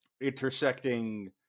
intersecting